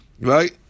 Right